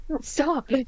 Stop